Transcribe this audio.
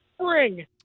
spring